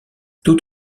tout